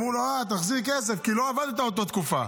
אמרו לו: אה, תחזיר כסף כי לא עבדת באותה תקופה.